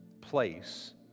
place